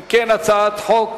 אם כן, הצעת החוק